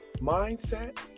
Mindset